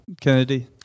Kennedy